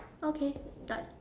okay done